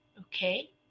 Okay